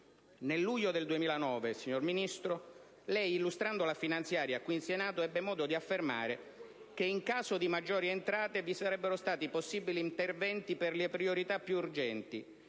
Nel luglio 2009, signor Ministro, illustrando la finanziaria qui in Senato, lei ebbe modo di affermare che in caso di maggiori entrate vi sarebbero stati possibili interventi per le priorità più urgenti